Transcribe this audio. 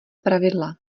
pravidla